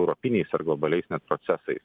europiniais ar globaliais procesais